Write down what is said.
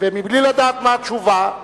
ובלי לדעת מה התשובה,